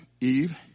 Eve